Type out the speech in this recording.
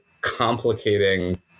complicating